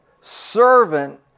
Servant